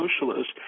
socialist